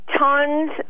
tons